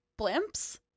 blimps